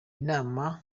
inama